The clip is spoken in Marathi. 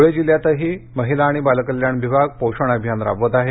धुळे जिल्ह्यातही महिला आणि बाल कल्याण विभाग पोषण अभियान राबवत आहे